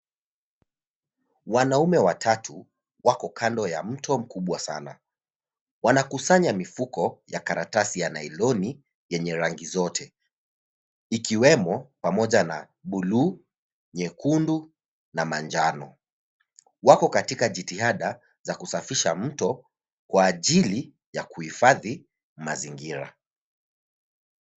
Wanaume watatu wako kando ya mto mkubwa sana wanakusanya mifuko ya karatasi ya nailoni yenye rangi zote ikiwemo pamoja na buluu, nyekundu na manjano. Wako katika jitihada za kusafisha mto kwa ajili ya kuhifadhi mazingira.